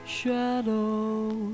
Shadows